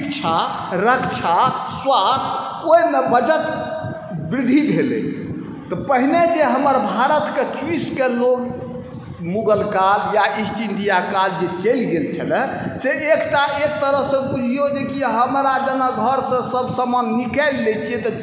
शिक्षा रक्षा स्वास्थ्य ओहिमे बजट बृद्धि भेलै तऽ पहिने जे हमर भारतके चूसिके लोक मुगल काल या इस्ट इण्डिया काल जे चलि गेल छलै से एक टा एक तरह से बुझियौ जे कि हमरा जेना घर से सब सामान निकालि लै छियै तऽ